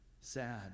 sad